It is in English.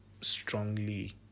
strongly